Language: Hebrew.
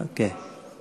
אוקיי.